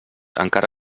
encara